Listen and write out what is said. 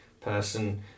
person